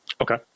Okay